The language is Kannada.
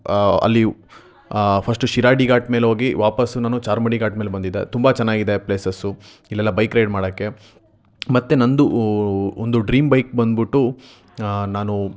ಅಲ್ಲಿ ಫಸ್ಟು ಶಿರಾಡಿ ಗಾಟ್ ಮೇಲೆ ಹೋಗಿ ವಾಪಸ್ ನಾನು ಚಾರ್ಮಾಡಿ ಗಾಟ್ ಮೇಲೆ ಬಂದಿದ್ದೆ ಅದು ತುಂಬ ಚೆನ್ನಾಗಿದೆ ಪ್ಲೇಸಸ್ಸು ಇಲ್ಲೆಲ್ಲ ಬೈಕ್ ರೈಡ್ ಮಾಡೋಕ್ಕೆ ಮತ್ತು ನನ್ನದು ಒಂದು ಡ್ರೀಮ್ ಬೈಕ್ ಬಂದುಬಿಟ್ಟು ನಾನು